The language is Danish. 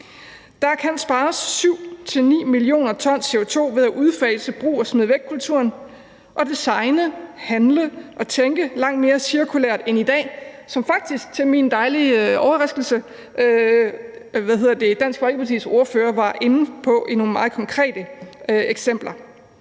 Der kan spares 7-9 mio. t CO2 ved at udfase brug og smid væk-kulturen og designe, handle og tænke langt mere cirkulært end i dag – hvilket Dansk Folkepartis ordfører, til min store overraskelse, faktisk var inde på i nogle meget konkrete eksempler.